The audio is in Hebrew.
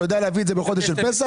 אתה יודע להביא את זה בחודש של פסח?